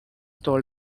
told